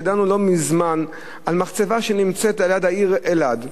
שדנו לא מזמן על מחצבה שנמצאת ליד העיר אלעד,